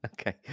Okay